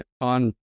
on